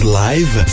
live